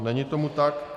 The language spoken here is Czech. Není tomu tak.